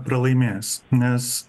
pralaimės nes